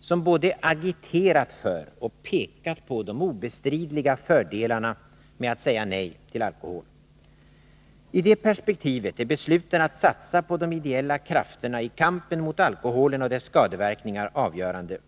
som både agiterat för och pekat på de obestridliga fördelarna med att säga nej till alkohol. I det perspektivet är besluten att satsa på de ideella krafterna i kampen mot alkoholen och dess skadeverkningar avgörande.